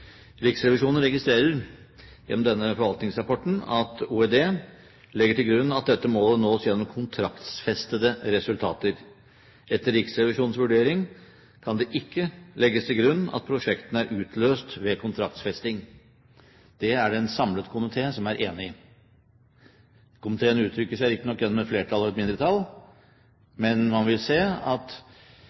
Riksrevisjonen registrerer gjennom denne forvaltningsrapporten at Olje- og energidepartementet legger til grunn at dette målet nås gjennom kontraktsfestede resultater. Etter Riksrevisjonens vurdering kan det ikke legges til grunn at prosjektene er utløst ved kontraktsfesting. Det er det en samlet komité som er enig i. Komiteen uttrykker seg riktignok gjennom et flertall og et mindretall, men man vil se at